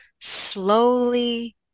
slowly